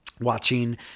watching